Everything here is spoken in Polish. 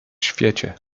świecie